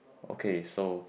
okay so